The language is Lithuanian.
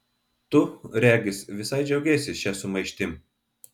tu regis visai džiaugiesi šia sumaištim